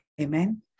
Amen